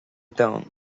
domhan